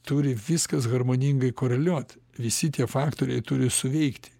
turi viskas harmoningai koreliuoti visi tie faktoriai turi suveikti